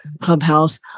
Clubhouse